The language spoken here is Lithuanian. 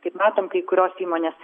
kaip matom kai kurios įmonės